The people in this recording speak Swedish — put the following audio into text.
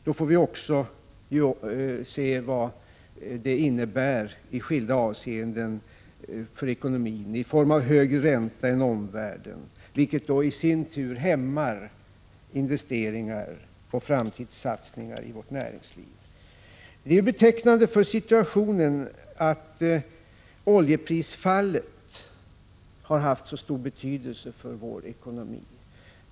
Vi får också erfara effekter på ekonomin i form av exempelvis högre ränta än omvärlden, vilket i sin tur hämmar investeringar och framtidssatsningar i vårt näringsliv. Det är betecknande för situationen att oljeprisfallet har haft en mycket stor betydelse för vår ekonomi.